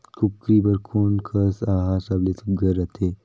कूकरी बर कोन कस आहार सबले सुघ्घर रथे?